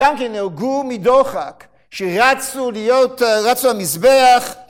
גם כי נהרגו מדוחק, שרצו להיות, רצו המזבח